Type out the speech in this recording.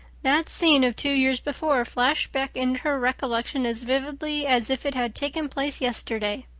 that scene of two years before flashed back into her recollection as vividly as if it had taken place yesterday.